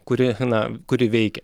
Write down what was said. kuri na kuri veikia